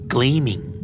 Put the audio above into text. Gleaming